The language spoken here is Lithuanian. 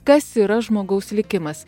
kas yra žmogaus likimas